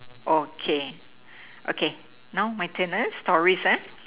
okay okay now my turn ah stories ah